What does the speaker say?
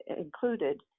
included